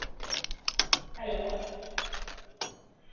hello